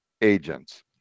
agents